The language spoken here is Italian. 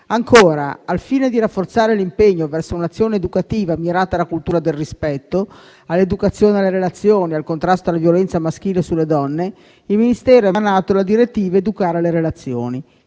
Ancora, al fine di rafforzare l'impegno verso un'azione educativa mirata alla cultura del rispetto, all'educazione alla relazione, al contrasto alla violenza maschile sulle donne, il Ministero ha emanato la direttiva «Educare alle relazioni».